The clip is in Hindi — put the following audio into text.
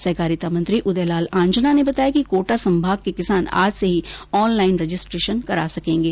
सहकारिता मंत्री उदय लाल आंजना ने बताया कि कोटा संभाग के किसान आज से ही ऑनलाइन रजिस्ट्रेशन करा सकेंगे